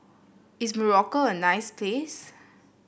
is Morocco a nice place